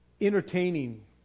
Entertaining